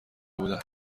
بودم